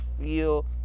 feel